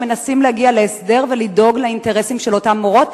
שמנסים להגיע להסדר ולדאוג לאינטרסים של אותן מורות.